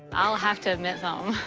i'll have to admit um